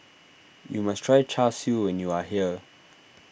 you must try Char Siu when you are here